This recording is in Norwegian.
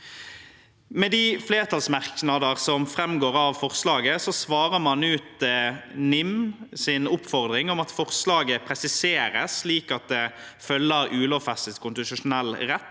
Med de flertallsmerknader som framgår av forslaget, svarer man ut NIMs oppfordring om at forslaget presiseres slik at det følger ulovfestet konstitusjonell rett,